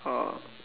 uh